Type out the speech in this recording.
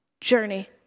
journey